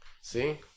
See